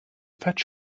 fetch